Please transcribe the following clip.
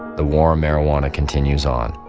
the war on marijuana continues on.